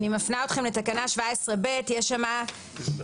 אני מפנה אתכם לתקנה 17ב, יש שם עשר